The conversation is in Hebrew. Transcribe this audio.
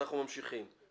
פסקה (1)